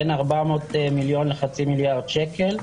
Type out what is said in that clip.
בין 400 מיליון לחצי מיליארד שקל.